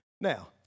Now